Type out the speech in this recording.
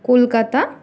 Kolkata